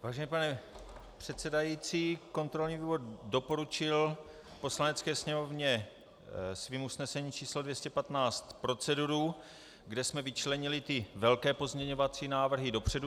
Vážený pane předsedající, kontrolní výbor doporučil Poslanecké sněmovně svým usnesením číslo 215 proceduru, kde jsme vyčlenili velké pozměňovací návrhy dopředu.